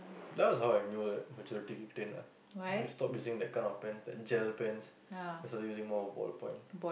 that was how I knew that maturity kicked in ah when I stopped using that kind of pens like gel pens then started using more ballpoint